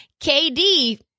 KD